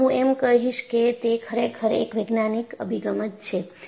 એમાં હું એમ કહીશ કે તે ખરેખર એક વૈજ્ઞાનિક અભિગમ જ છે